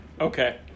Okay